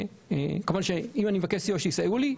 ואם אני מבקש סיוע שיסייעו לי,